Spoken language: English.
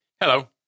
Hello